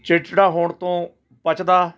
ਚਿੜਚਿੜਾ ਹੋਣ ਤੋਂ ਬਚਦਾ